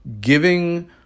giving